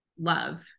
love